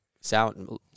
sound